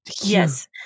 Yes